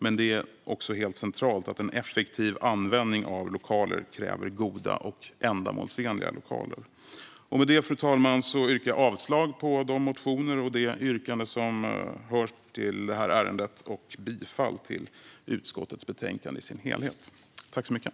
Men det är också helt centralt att en effektiv användning av lokaler kräver goda och ändamålsenliga lokaler. Fru talman! Med detta yrkar jag bifall till utskottets förslag och avslag på reservationen och motionerna.